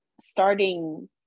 starting